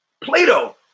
Plato